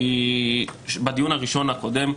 כי בדיון הראשון, הקודם,